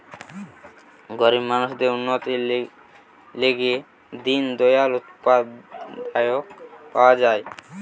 গরিব মানুষদের উন্নতির লিগে দিন দয়াল উপাধ্যায় পাওয়া যায়